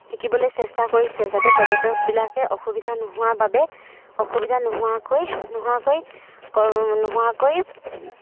শিকিবলৈ চেষ্টা কৰিছে যাতে পৰ্যটকবিলাকে অসুবিধা নোহোৱাৰ বাবে অসুবিধা নোহোৱাকৈ